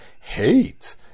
Hate